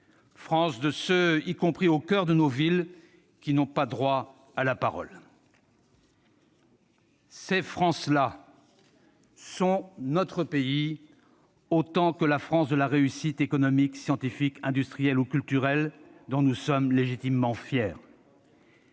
France de ceux, y compris au coeur de nos villes, qui n'ont pas droit à la parole. Ces France-là sont notre pays, autant que la France de la réussite, économique, scientifique, industrielle, ou culturelle dont nous sommes légitimement fiers.